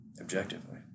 Objectively